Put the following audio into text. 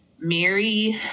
Mary